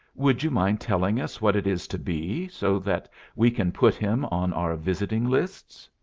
would you mind telling us what it is to be, so that we can put him on our visiting lists?